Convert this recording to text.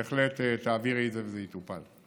בהחלט, תעבירי את זה וזה יטופל.